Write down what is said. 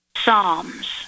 Psalms